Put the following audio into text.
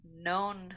known